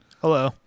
Hello